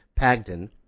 Pagden